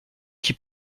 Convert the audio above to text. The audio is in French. qui